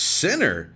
sinner